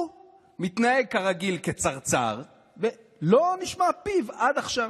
הוא מתנהג כרגיל כצרצר, ולא נשמע פיו עד עכשיו.